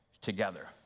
together